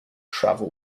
travel